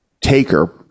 Taker